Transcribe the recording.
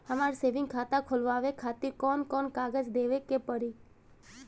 हमार सेविंग खाता खोलवावे खातिर कौन कौन कागज देवे के पड़ी?